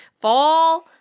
fall